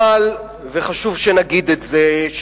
חשוב שנגיד את זה,